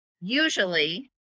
usually